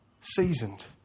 Seasoned